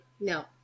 no